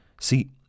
See